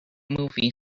movie